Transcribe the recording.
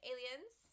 Aliens